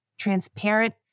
transparent